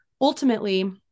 ultimately